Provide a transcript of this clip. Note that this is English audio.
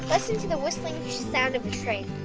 listen to the whistling sound of the train.